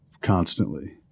constantly